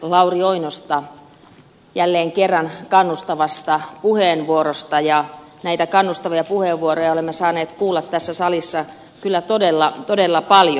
lauri oinosta jälleen kerran kannustavasta puheenvuorosta ja näitä kannustavia puheenvuoroja olemme saaneet kuulla tässä salissa kyllä todella todella paljon